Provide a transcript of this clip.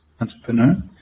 entrepreneur